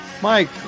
Mike